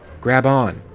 grab on!